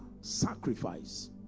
sacrifice